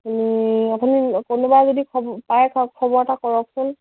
আপুনি কোনোবাই যদি পায় খবৰ এটা কৰকচোন